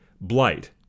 Blight